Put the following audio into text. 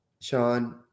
Sean